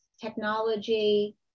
technology